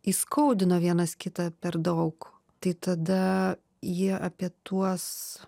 įskaudino vienas kitą per daug tai tada jie apie tuos